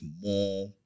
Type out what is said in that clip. more